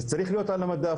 זה צריך להיות על המדף.